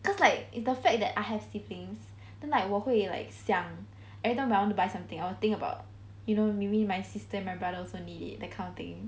cause like it's the fact that I have siblings then like 我会 like 想 everytime I want to buy something I'll think about you know maybe my sister my brother also need it that kind of thing